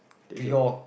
there's a